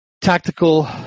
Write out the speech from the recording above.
tactical